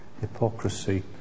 hypocrisy